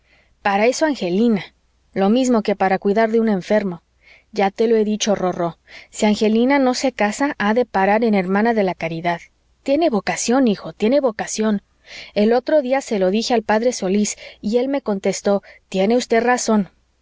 para eso angelina lo mismo que para cuidar de un enfermo ya te lo he dicho rorró si angelina no se casa ha de parar en hermana de la caridad tiene vocación hijo tiene vocación el otro día se lo dije al p solís y me contestó tiene usted razón